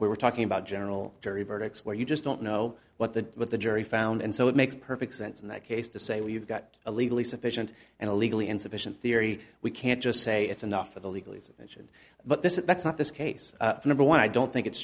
where we're talking about general jury verdicts where you just don't know what the what the jury found and so it makes perfect sense in that case to say well you've got a legally sufficient and legally insufficient theory we can't just say it's enough for the legal action but this is that's not this case number one i don't think it's